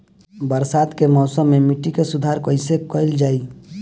बरसात के मौसम में मिट्टी के सुधार कइसे कइल जाई?